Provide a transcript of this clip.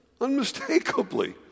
unmistakably